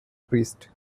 priests